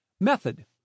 Method